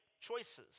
choices